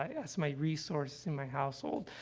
as my resources in my household.